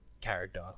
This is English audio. character